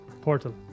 portal